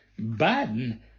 Biden